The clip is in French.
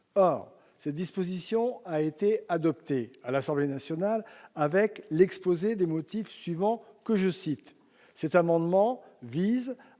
Or cette disposition a été adoptée par l'Assemblée nationale avec l'exposé des motifs suivant :« Cet